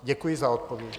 Děkuji za odpověď.